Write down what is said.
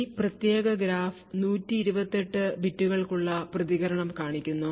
ഈ പ്രത്യേക ഗ്രാഫ് 128 ബിറ്റുകൾക്കുള്ള പ്രതികരണം കാണിക്കുന്നു